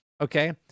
okay